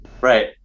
right